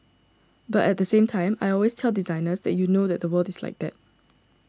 but at the same time I always tell designers that you know that the world is like that